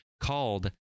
called